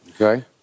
Okay